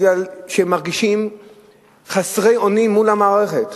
כי הם מרגישים חסרי אונים מול המערכת,